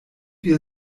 wir